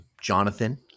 Jonathan